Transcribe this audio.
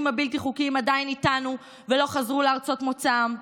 הבלתי-חוקיים עדיין איתנו ולא חזרו לארצות מוצאם,